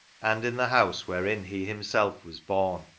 and in the house wherein he himself was born,